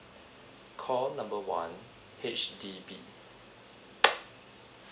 call number one H_D_B